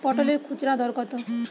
পটলের খুচরা দর কত?